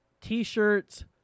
T-shirts